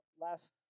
last